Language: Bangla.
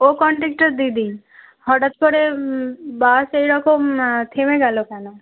ও কণ্ডাক্টর দিদি হঠাৎ করে বাস এইরকম থেমে গেল কেন